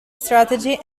strategy